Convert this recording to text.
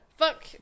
Fuck